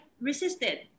resisted